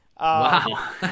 wow